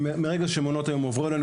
מהרגע שמעונות היום הועברו אלינו,